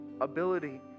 ability